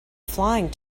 flying